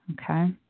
Okay